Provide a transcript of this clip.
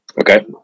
Okay